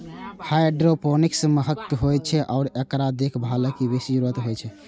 hydroponics महंग होइ छै आ एकरा देखभालक बेसी जरूरत होइ छै